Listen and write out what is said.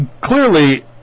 clearly